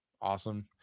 awesome